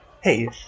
Hey